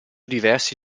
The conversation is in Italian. diversi